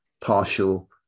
partial